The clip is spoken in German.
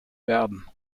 werden